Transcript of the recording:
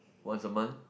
once a month